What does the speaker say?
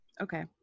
Okay